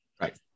Right